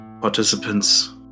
participants